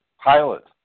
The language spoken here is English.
pilot